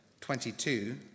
22